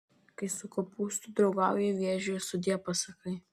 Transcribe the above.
kai su kopūstu draugauji vėžiui sudie pasakai